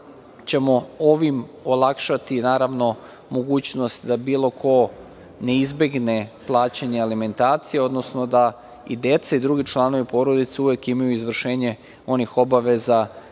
ćemo ovim olakšati, naravno, mogućnost da bilo ko ne izbegne plaćanje alimentacije, odnosno da i deca i drugi članovi porodice uvek imaju izvršenje onih obaveza